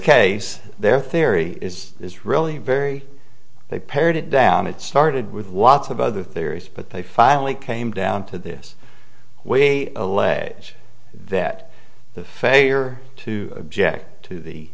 case their theory is really very they pared it down it started with lots of other theories but they finally came down to this we allege that the failure to object to the